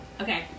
okay